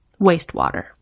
Wastewater